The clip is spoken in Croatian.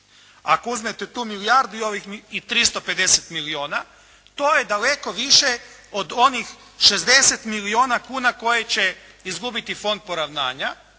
Ako uzmete tu milijardu i ovih 350 milijuna, to je daleko više od onih 60 milijuna kuna koje će izgubiti Fond poravnanja